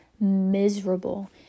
miserable